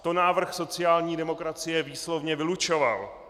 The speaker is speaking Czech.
To návrh sociální demokracie výslovně vylučoval.